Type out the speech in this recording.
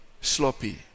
sloppy